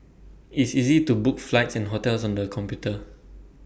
IT is easy to book flights and hotels on the computer